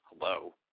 Hello